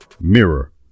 mirror